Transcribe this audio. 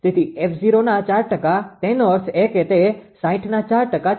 તેથી 𝑓0ના 4 ટકા તેનો અર્થ એ કે તે 60ના 4 ટકા છે